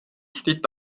steht